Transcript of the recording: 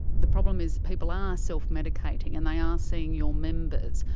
the problem is people are self-medicating, and they are seeing your members.